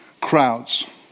crowds